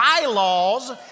bylaws